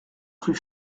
rue